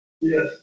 Yes